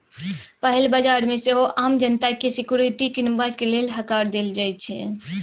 पहिल बजार मे सेहो आम जनता केँ सिक्युरिटी कीनबाक लेल हकार देल जाइ छै